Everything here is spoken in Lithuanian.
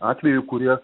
atvejų kurie